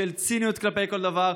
של ציניות כלפי כל דבר.